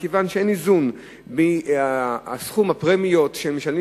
מכיוון שאין איזון בין סכום הפרמיות שמשלמים